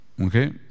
Okay